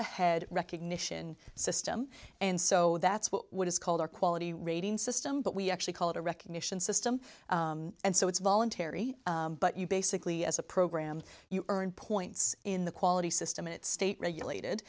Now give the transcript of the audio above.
ahead recognition system and so that's what what is called our quality rating system but we actually call it a recognition system and so it's voluntary but you basically as a program you earn points in the quality system at state regulated